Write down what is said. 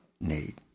need